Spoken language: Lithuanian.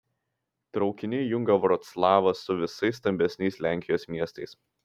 traukiniai jungia vroclavą su visais stambesniais lenkijos miestais